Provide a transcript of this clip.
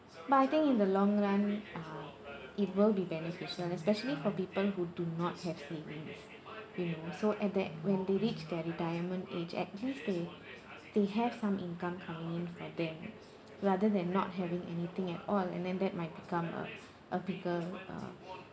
but I think in the long run uh it will be beneficial especially for people who do not have saving you know so at that when they reach their retirement age at least they they have some income coming in for them rather than not having anything at all and then that might become a a bigger uh